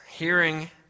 Hearing